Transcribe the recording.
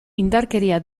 indarkeria